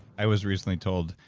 i was recently told,